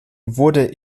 wurde